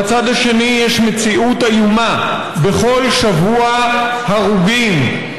בצד השני יש מציאות איומה: בכל שבוע הרוגים,